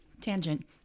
tangent